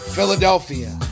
Philadelphia